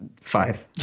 Five